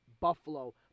Buffalo